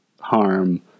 harm